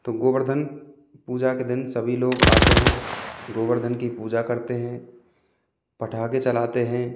तो गोवर्धन पूजा के दिन सभी लोग आते हैं गोवर्धन की पूजा करते हैं पटाखे जलाते हैं